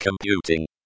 computing